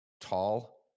tall